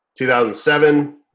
2007